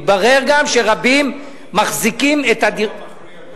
התברר גם שרבים מחזיקים את הדירות,